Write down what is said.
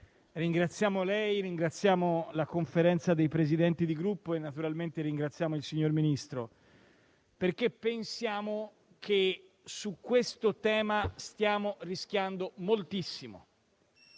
ringraziamo lei, ringraziamo la Conferenza dei Presidenti di Gruppo e naturalmente ringraziamo il signor Ministro, perché pensiamo che su questo tema stiamo rischiando moltissimo.